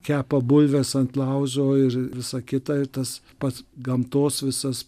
kepa bulves ant laužo ir visa kita ir tas pats gamtos visas